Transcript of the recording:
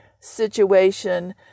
situation